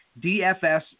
DFS